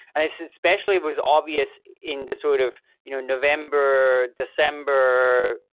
and especially it was obvious in the sort of you know november, december,